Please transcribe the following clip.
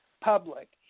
public